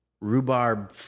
rhubarb